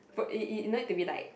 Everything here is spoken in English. f~ you you don't need to be like